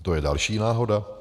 To je další náhoda?